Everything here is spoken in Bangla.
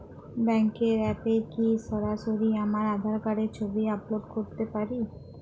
ব্যাংকের অ্যাপ এ কি সরাসরি আমার আঁধার কার্ডের ছবি আপলোড করতে পারি?